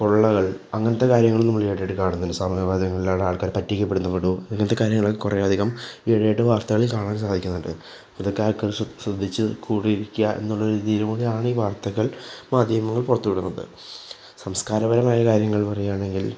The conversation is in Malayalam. കൊള്ളകൾ അങ്ങനത്തെ കാര്യങ്ങൾ നമ്മൾ ഈയിടെയായിട്ട് കാണുന്നുണ്ട് സാമൂഹ്യ മാധ്യമങ്ങളിലാണ് ആൾക്കാർ പറ്റിക്കപ്പെടുന്ന മുഴുവനും ഇങ്ങനത്തെ കാര്യങ്ങൾ കുറേയധികം ഈയിടെയായിട്ട് വാർത്തകളിൽ കാണാൻ സാധിക്കുന്നുണ്ട് ഇതൊക്കെ ആൾക്കാർ ശ്രദ്ധിച്ച് കൂടിയിരിക്കാം എന്നുള്ളൊരു രീതിയിലൂടെയാണ് വാർത്തകൾ മാധ്യമങ്ങൾ പുറത്ത് വിടുന്നത് സംസ്കാരപരമായ കാര്യങ്ങൾ പറയുകയാണെങ്കിൽ